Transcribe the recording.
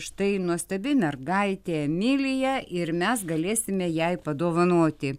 štai nuostabi mergaitė emilija ir mes galėsime jai padovanoti